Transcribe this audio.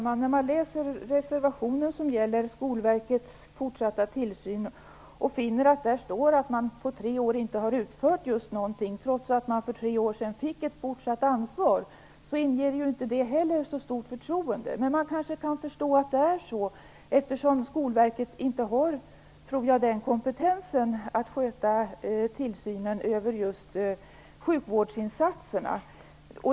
Fru talman! I den reservation som gäller Skolverkets fortsatta tillsyn av skolhälsovården sägs att Skolverket på tre år inte har gjort någonting trots att verket har tillsynsansvaret. Det inger inte något förtroende. Man kan förstå det, eftersom Skolverket inte har kompetens att utöva tillsyn över just sjukvårdsinsatserna.